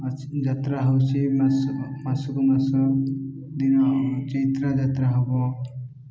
ଯାତ୍ରା ହଉଛି ମାସ ମାସକୁ ମାସ ଦିନ ଚୈତ୍ରା ଯାତ୍ରା ହବ